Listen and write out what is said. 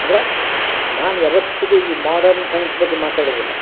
ಅಂದ್ರೆ ನಾನು ಯಾವತ್ತಿಗೂ ಈ ಮಾಡರ್ನ್ ಸೈನ್ಸ್ ಬಗ್ಗೆ ಮಾತಾಡುವುದಿಲ್ಲ